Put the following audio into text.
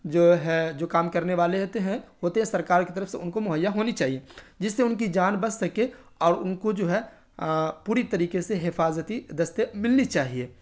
جو ہے جو کام کرنے والے رہتے ہیں ہوتے ہیں سرکار کی طرف سے ان کو مہیا ہونی چاہیے جس سے ان کی جان بچ سکے اور ان کو جو ہے پوری طریقے سے حفاظتی دستے ملنی چاہیے